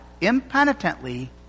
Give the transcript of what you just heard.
impenitently